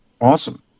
awesome